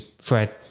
Fred